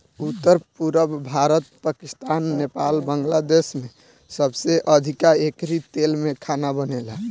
उत्तर, पुरब भारत, पाकिस्तान, नेपाल, बांग्लादेश में सबसे अधिका एकरी तेल में खाना बनेला